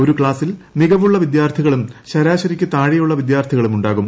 ഒരു ക്വാസ്സിൽ മികവുള്ള വിദ്യാർത്ഥികളും ശരാശരിക്ക് താഴെയുള്ള വിദ്യാർത്ഥികളും ഉണ്ടാകും